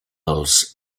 els